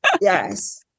yes